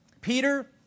Peter